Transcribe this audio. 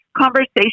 conversation